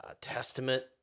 Testament